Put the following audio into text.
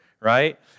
right